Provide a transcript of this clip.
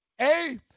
A-